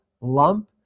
lump